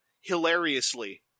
hilariously